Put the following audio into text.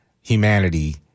humanity